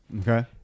Okay